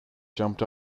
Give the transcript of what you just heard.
jumped